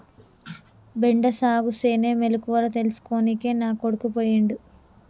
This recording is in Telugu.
బెండ సాగుసేనే మెలకువల తెల్సుకోనికే నా కొడుకు పోయిండు